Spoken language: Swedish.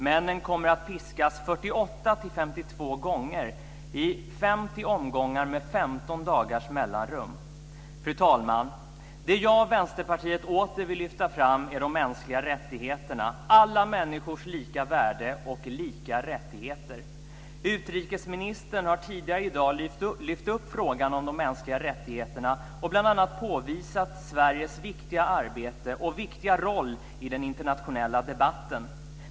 Männen kommer att piskas 48-52 gånger i 50 Fru talman! Det jag och Vänsterpartiet åter vill lyfta fram är de mänskliga rättigheterna, alla människors lika värde och lika rättigheter. Utrikesministern har tidigare i dag lyft upp frågan om de mänskliga rättigheterna och bl.a. påvisat Sveriges viktiga arbete och viktiga roll i den internationella debatten.